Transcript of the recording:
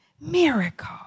miracle